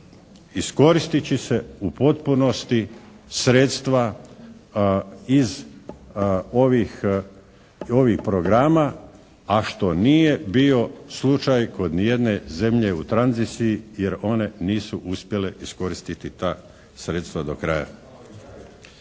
iskoristit će se u potpunosti sredstva iz ovih programa, a što nije bio slučaj kod ni jedne zemlje u tranziciji jer one nisu uspjele iskoristiti ta sredstva do kraja.